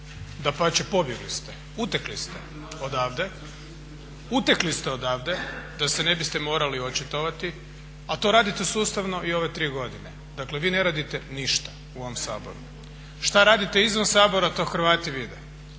dapače pobjegli ste, utekli ste odavde. Utekli ste odavde da se ne biste morali očitovati, a to radite sustavno i ove 3 godine. Dakle vi ne radite ništa u ovom Saboru. Šta radite izvan Sabora to Hrvati vide.